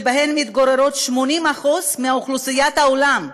שבהן מתגוררים 80% מאוכלוסיית העולם,